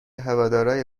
هوادارای